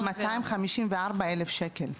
254,000 שקל.